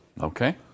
Okay